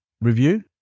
review